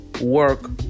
work